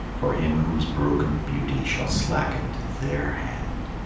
for him whose broken beauty shall slacken to their hand.